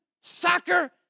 soccer